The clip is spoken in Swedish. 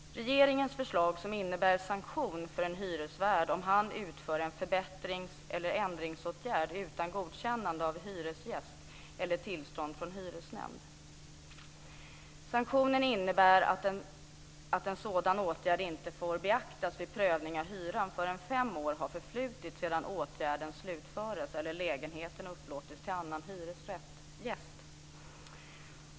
Regeringens förslag innebär sanktion för en hyresvärd om han utför en förbättrings eller ändringsåtgärd utan godkännande av hyresgäst eller tillstånd från hyresnämnd. Sanktionen innebär att en sådan åtgärd inte får beaktas vid prövning av hyran förrän fem år har förflutit sedan åtgärden slutförts eller lägenheten upplåtits till annan hyresgäst.